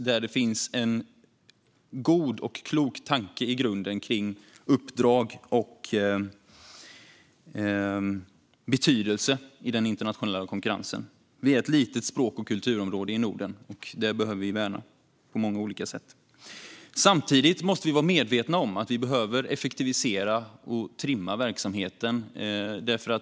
Det finns i grunden en god och klok tanke om uppdrag och betydelse i den internationella konkurrensen. Vi är ett litet språk och kulturområde i Norden, och det behöver vi värna på många olika sätt. Samtidigt måste vi vara medvetna om att vi behöver effektivisera och trimma verksamheten.